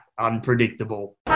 unpredictable